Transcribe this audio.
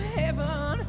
heaven